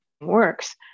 works